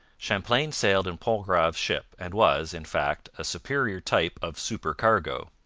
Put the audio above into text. champlain sailed in pontgrave's ship and was, in fact, a superior type of supercargo.